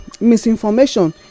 misinformation